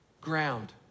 ground